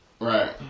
Right